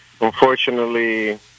unfortunately